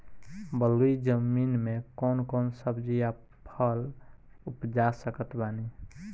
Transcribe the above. बलुई जमीन मे कौन कौन सब्जी या फल उपजा सकत बानी?